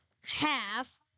half